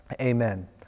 amen